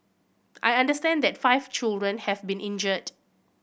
I understand that five children have been injured